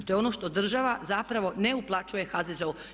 To je ono što država zapravo ne uplaćuje HZZO-u.